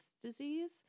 disease